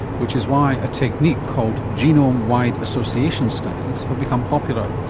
which is why a technique called genome-wide association studies have become popular.